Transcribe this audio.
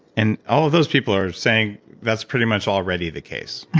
and all of those people are saying that's pretty much already the case